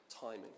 timing